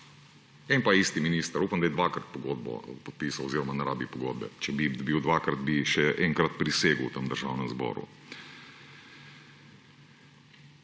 Eden pa isti minister, upam, da je dvakrat pogodbo podpisal; oziroma ne rabi pogodbe. Če bi bil dvakrat, bi še enkrat prisegel v tem državnem zboru.